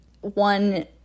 one